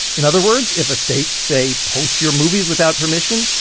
in other words, if a state, say, posts your movies without permission,